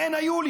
מהן היו לי.